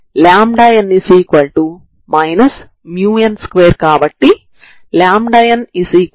ఈలైన్ x ct0 అవుతుంది